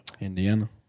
Indiana